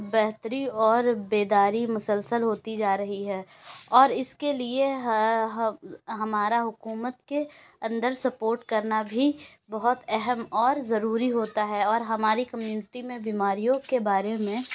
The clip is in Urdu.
بہتری اور بیداری مسلسل ہوتی جا رہی ہے اور اس کے لیے ہمارا حکومت کے اندر سپورٹ کرنا بھی بہت اہم اور ضروری ہوتا ہے اور ہماری کمیونٹی میں بیماریوں کے بارے میں